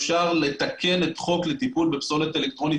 אפשר לתקן את החוק לטיפול בפסולת אלקטרונית